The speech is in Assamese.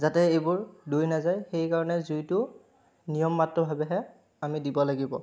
যাতে এইবোৰ দেই নাযায় সেইকাৰণে জুইটো নিয়মমাত্ৰভাৱেহে আমি দিব লাগিব